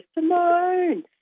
Simone